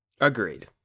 Agreed